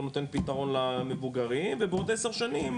הוא נותן פתרון למבוגרים ובעוד עשר שנים,